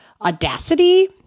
audacity